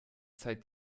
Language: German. zeit